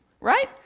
right